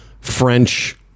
French